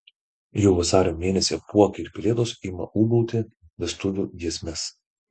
jau vasario mėnesį apuokai ir pelėdos ima ūbauti vestuvių giesmes